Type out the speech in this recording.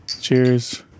Cheers